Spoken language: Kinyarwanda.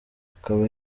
akaba